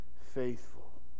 faithful